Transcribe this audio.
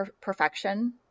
perfection